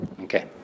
Okay